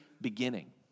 beginning